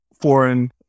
foreign